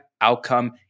outcome